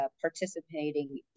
participating